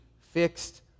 fixed